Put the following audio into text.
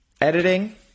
editing